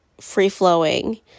free-flowing